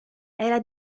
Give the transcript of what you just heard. era